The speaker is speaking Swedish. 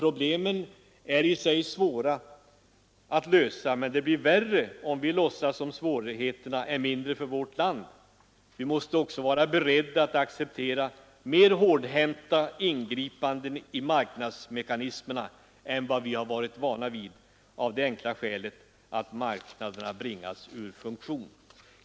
Problemen är i sig svåra att lösa, men det blir värre om vi låtsas som om svårigheterna är mindre för vårt land. Vi måste vara beredda att acceptera mer hårdhänta ingripanden i marknadsmekanismen än vi har varit vana vid, av det enkla skälet att marknaderna bringats ur funktion.